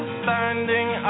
standing